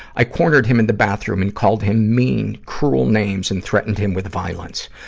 i cornered him in the bathroom and called him mean, cruel names, and threatened him with violence.